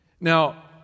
Now